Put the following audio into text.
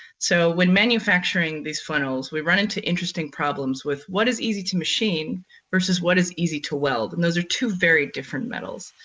so when manufacturing these funnels we run into interesting problems with what is easy to machine versus what is easy to weld and those are two very different metals.